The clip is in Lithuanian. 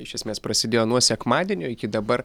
iš esmės prasidėjo nuo sekmadienio iki dabar